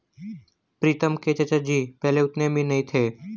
प्रीतम के चाचा जी पहले उतने अमीर नहीं थे